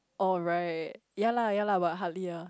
oh right ya lah ya lah but hardly ah